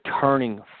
turning